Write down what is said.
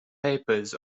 papers